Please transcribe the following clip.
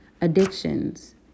addictions